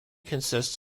consists